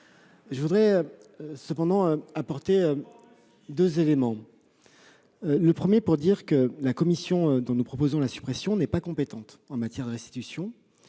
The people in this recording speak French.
Je voudrais cependant apporter deux éléments au débat. Premièrement, la commission dont nous proposons la suppression n'est pas compétente en matière de restitutions.